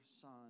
Son